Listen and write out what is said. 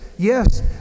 Yes